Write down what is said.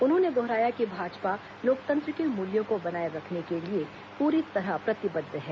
उन्होंने दोहराया कि भाजपा लोकतंत्र के मूल्यों को बनाये रखने के लिए पूरी तरह प्रतिबद्ध है